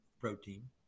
protein